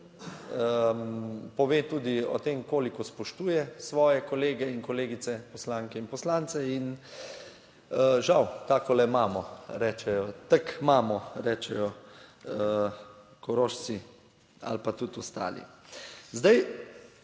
pove tudi o tem, koliko spoštuje svoje kolege in kolegice poslanke in poslance. In žal tako imamo, rečejo tako imamo, rečejo, "tk mamo" rečejo Korošci ali pa tudi ostali. Zdaj,